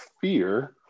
fear